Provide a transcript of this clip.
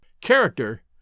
character